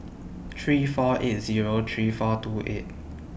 three four eight Zero three four two eight